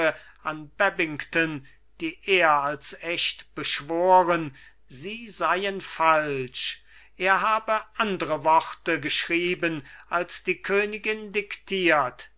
babington die er als echt beschworen sie seien falsch er habe andre worte geschrieben als die königin diktiert